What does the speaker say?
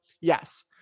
yes